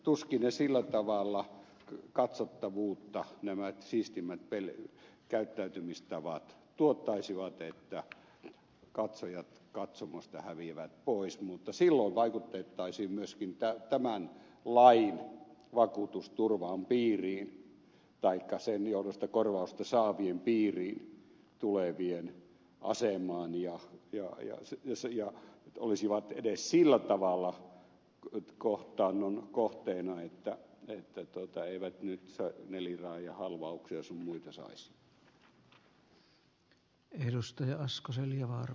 tuskin nämä siistimmät käyttäytymistavat sillä tavalla katsottavuutta tuottaisivat että katsojat katsomosta häviävät pois mutta silloin vaikutettaisiin myöskin tämän lain vakuutusturvan johdosta korvausta saavien piiriin tulevien asemaan ja he olisivat edes sillä tavalla kohtaannon kohteena että eivät nyt neliraajahalvauksia sun muita saisi